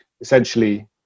essentially